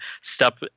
step